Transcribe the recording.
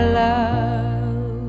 love